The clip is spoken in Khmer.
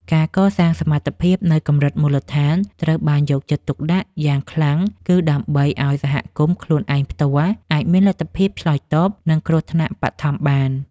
ការកសាងសមត្ថភាពនៅកម្រិតមូលដ្ឋានត្រូវបានយកចិត្តទុកដាក់យ៉ាងខ្លាំង គឺដើម្បីឱ្យសហគមន៍ខ្លួនឯងផ្ទាល់អាចមានលទ្ធភាពឆ្លើយតបនឹងគ្រោះថ្នាក់បឋមបាន។